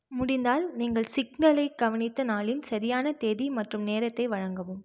முடிந்தால் நீங்கள் சிக்னலைக் கவனித்த நாளின் சரியான தேதி மற்றும் நேரத்தை வழங்கவும்